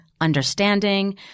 understanding